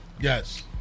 Yes